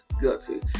guilty